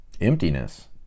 Emptiness